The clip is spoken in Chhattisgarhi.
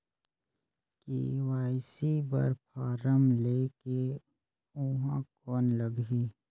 के.वाई.सी बर फारम ले के ऊहां कौन लगही?